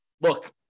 look